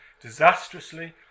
disastrously